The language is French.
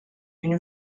une